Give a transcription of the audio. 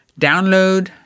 download